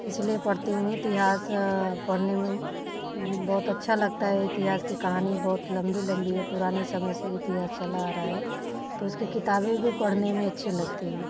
इसलिए पढ़ती हूँ इतिहास पढ़ने में बोहौत अच्छा लगता है इतिहास की कहानी बहुत लंबी लंबी है पुरनी समय से इतिहास चला आ रहा है तो उसकी किताबें भी पढ़ने में अच्छी लगती है